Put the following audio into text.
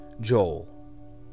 Joel